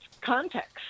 context